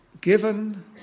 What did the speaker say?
given